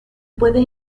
puede